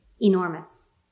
enormous